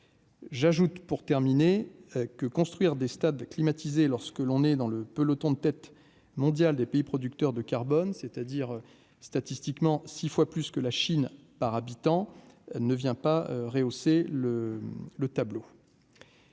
j'ajoute pour terminer que construire des stades climatisés, lorsque l'on est dans le peloton de tête mondiale des pays producteurs de carbone, c'est-à-dire statistiquement 6 fois plus que la Chine par habitant ne vient pas rehausser le le tableau.